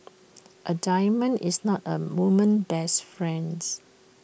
A diamond is not A woman's best friends